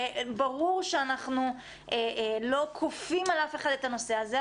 ברור שאנחנו לא כופים על אף אחד את הנושא הזה,